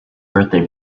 birthday